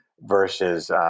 versus